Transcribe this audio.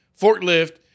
forklift